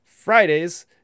Fridays